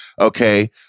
Okay